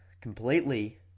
Completely